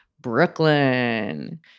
Brooklyn